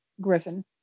Griffin